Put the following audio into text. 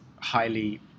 highly